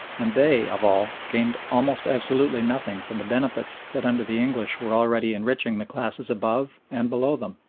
and they, of all, gained almost absolutely nothing from the benefits that under the english were already enriching the classes above and below them.